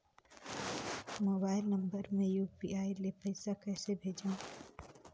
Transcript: Mobile number मे UPI ले पइसा कइसे भेजवं?